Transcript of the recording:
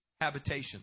habitation